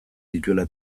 dituela